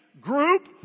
group